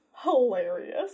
Hilarious